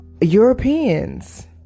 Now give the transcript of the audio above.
Europeans